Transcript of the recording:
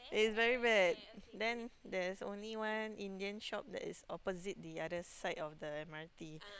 it's very bad then there's only one Indian shop that is opposite the other side of the M_R_T